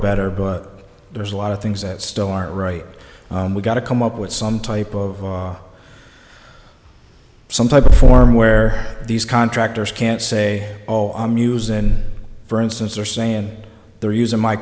better but there's a lot of things that still aren't right we've got to come up with some type of some type of form where these contractors can't say oh i'm using for instance or saying they're using my